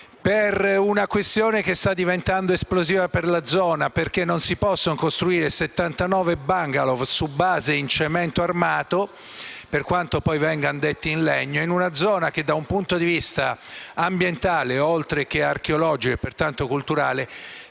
per una questione che sta diventando esplosiva per la zona. Infatti, non si possono costruire 79 bungalow su base di cemento armato (per quanto poi vengano detti in legno), in una zona che, dal punto di vista ambientale, oltre che archeologico e pertanto culturale,